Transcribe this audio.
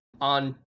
on